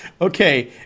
Okay